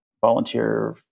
volunteer